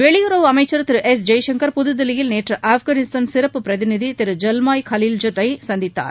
வெளியுறவு அமைச்சன் திரு எஸ் ஜெய்சங்கர் புதுதில்லியில் நேற்று ஆப்கானிஸ்தான் சிறப்பு பிரதிநிதி திரு ஜல்மாய் கலில்ஐத் யை சந்தித்தார்